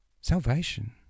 Salvation